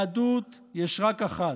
יהדות יש רק אחת,